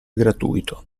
gratuito